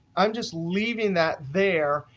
i'm just leaving that there.